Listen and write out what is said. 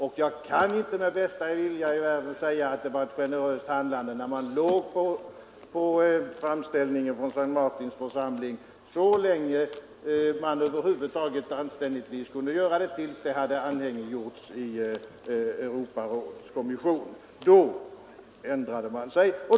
Jag kan inte med bästa vilja i världen säga att det var ett generöst handlande att ligga på en framställning från S:t Martins församling så länge man över huvud taget anständigtvis kunde göra det. När ärendet hade anhängiggjorts i Europarådets kommission ändrade man sig.